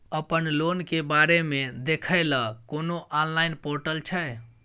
अपन लोन के बारे मे देखै लय कोनो ऑनलाइन र्पोटल छै?